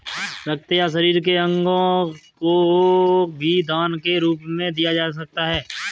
रक्त या शरीर के अंगों को भी दान के रूप में दिया जा सकता है